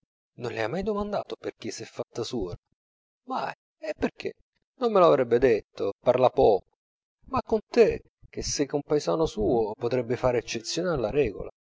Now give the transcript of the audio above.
non le hai mai domandato perchè s'è fatta suora mai e perchè non me lo avrebbe detto parla poco ma con te che sei compaesano suo potrebbe far